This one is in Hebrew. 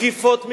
תקיפות מיניות,